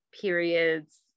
periods